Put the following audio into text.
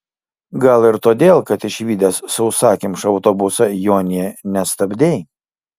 gal ir todėl kad išvydęs sausakimšą autobusą jo nė nestabdei